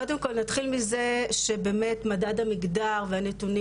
קודם כל נתחיל מזה שבאמת מדד המגדר והנתונים